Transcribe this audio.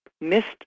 missed